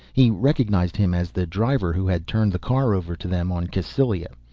he recognized him as the driver who had turned the car over to them on cassylia.